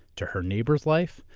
to her neighbor's life,